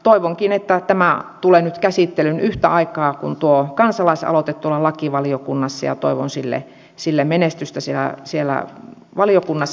toivonkin että tämä tulee nyt käsittelyyn yhtä aikaa kuin tuo kansalaisaloite lakivaliokunnassa ja toivon sille menestystä siellä valiokunnassa